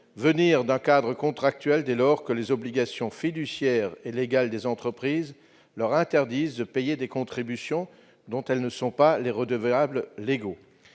venir d'un cadre contractuel, dès lors que les obligations fiduciaires et légales des entreprises leur interdisent de payer des contributions dont elles ne sont pas les redevables légaux.